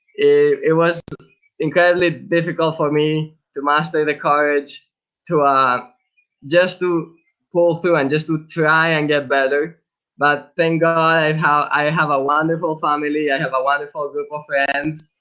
it was incredibly difficult for me to master the courage to um just to pull through and just to try and get better but thank god how i have a wonderful family, i have a wonderful group of friends.